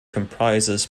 comprises